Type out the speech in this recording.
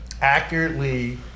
accurately